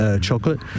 chocolate